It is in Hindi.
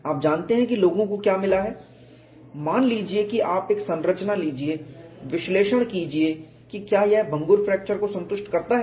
आप जानते हैं कि लोगों को क्या मिला है मान लीजिए कि आप एक संरचना लीजिए विश्लेषण कीजिए कि क्या यह भंगुर फ्रैक्चर को संतुष्ट करता है